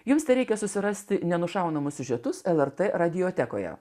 jums tereikia susirasti nenušaunamas siužetus lrt radiotekoje